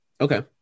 okay